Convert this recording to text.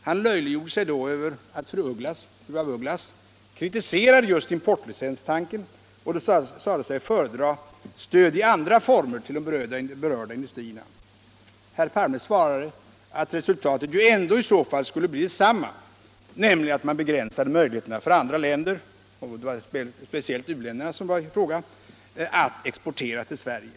Han löjliggjorde sig då över att fru af Ugglas kritiserade just importlicenstanken och sade sig föredra stöd i andra former till de berörda industrierna. Herr Palme förklarade att resultatet ju ändå i så fall skulle bli detsamma, nämligen att man begränsade möjligheterna för andra länder — det var speciellt fråga om u-länderna — att exportera till Sverige.